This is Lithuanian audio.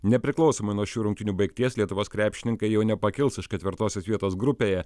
nepriklausomai nuo šių rungtynių baigties lietuvos krepšininkai jau nepakils iš ketvirtosios vietos grupėje